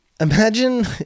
Imagine